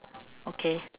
okay